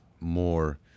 more